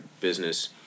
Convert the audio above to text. business